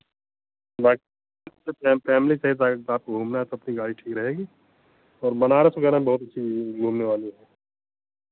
family के साथ घूमना है तो गाड़ी ठीक रहेगी और बनारस वगैरह में बहुत अच्छी घूमने वाली है